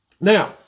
Now